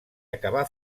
acabà